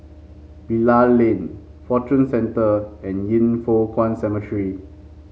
Bilal Lane Fortune Centre and Yin Foh Kuan Cemetery